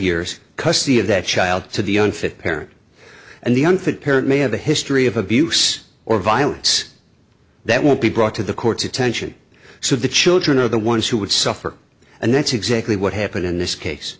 years custody of that child to the unfit parent and the unfit parent may have a history of abuse or violence that won't be brought to the court's attention so the children are the ones who would suffer and that's exactly what happened in this case